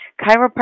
chiropractic